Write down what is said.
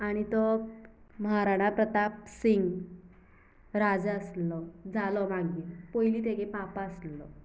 आनी तो महाराणा प्रताप सिंग राजा आसलो जालो मागीर पयलीं तेगे पापा आसलो